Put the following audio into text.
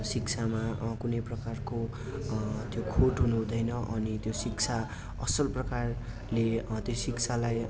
शिक्षामा कुनैप्रकारको त्यो खोट हुनु हुँदैन अनि त्यो शिक्षा असल प्रकारले त्यो शिक्षालाई